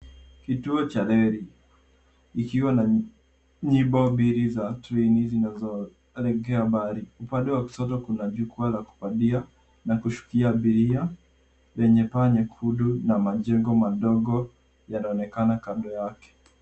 Kituo cha reli kikiwa na nyimbo mbili za treni zinazoregea mahali. Upande wa kushoto kuna jukwaa la kupandia na kushukia abiria lenye paa nyekundu na majengo madogo yanaonekana kando yake.